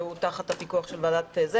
שהוא תחת הפיקוח של הוועדה.